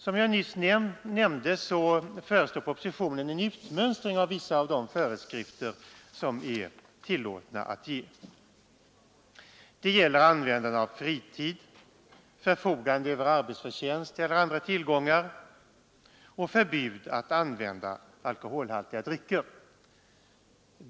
Som jag nyss nämnde föreslås i proposition en utmönstring av vissa av de föreskrifter som nu är tillåtna att ge; de kan gälla användande av fritid, förfogande över arbetsförtjänst eller andra tillgångar och förbud att använda alkoholhaltiga drycker.